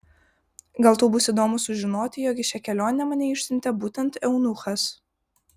gal tau bus įdomu sužinoti jog į šią kelionę mane išsiuntė būtent eunuchas